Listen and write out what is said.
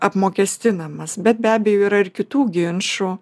apmokestinamas bet be abejo yra ir kitų ginčų